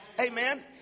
Amen